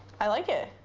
i like it.